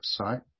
website